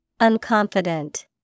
Unconfident